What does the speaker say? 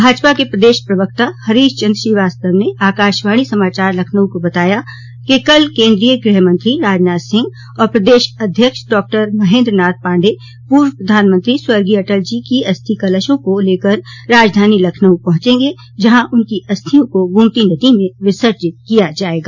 भाजपा के प्रदेश प्रवक्ता हरीशचन्द्र श्रीवास्तव ने आकाशवाणी समाचार लखनऊ को बताया कि कल केन्द्रीय गृहमंत्री राजनाथ सिंह और प्रदेश अध्यक्ष डॉक्टर महेन्द्रनाथ पाण्डेय पूर्व प्रधानमंत्री स्वर्गीय अटल जी के अस्थि कलशों को लेकर राजधानी लखनऊ पहुंचे गे जहां उनकी अस्थियों को गोमती नदी में विसर्जित किया जायेगा